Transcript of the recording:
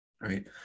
right